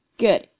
Good